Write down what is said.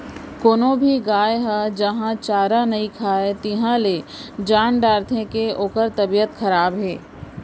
कोनो भी गाय ह जहॉं चारा नइ खाए तिहॉं ले जान डारथें के ओकर तबियत खराब हे